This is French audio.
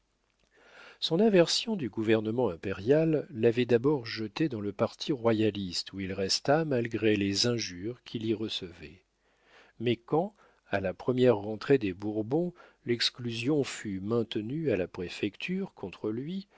son aversion du gouvernement impérial l'avait d'abord jeté dans le parti royaliste où il resta malgré les injures qu'il y recevait mais quand à la première rentrée des bourbons l'exclusion fut maintenue à la préfecture contre lui